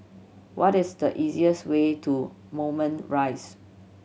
what is the easiest way to Moulmein Rise